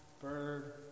bird